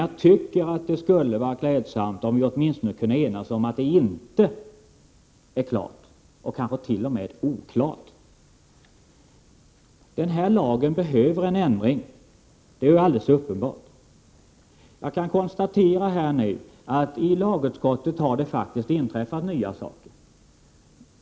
Jag tycker dock att det skulle vara klädsamt om vi åtminstone kunde enas om att det inte är klart — ja, kanske t.o.m. om att det är oklart — hur det förhåller sig. Det är helt uppenbart att det behövs en ändring av denna lag. Jag kan här konstatera att det har inträffat nya saker i lagutskottet.